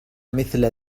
مثل